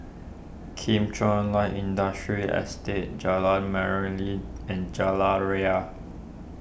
Kim Chuan Light Industrial Estate Jalan Merlimau and Jalan Ria